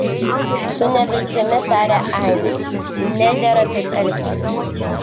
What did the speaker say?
su neviltimi tarė ainas nedera taip elgtis